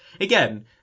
again